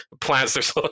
plants